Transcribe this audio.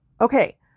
Okay